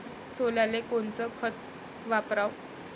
सोल्याले कोनचं खत वापराव?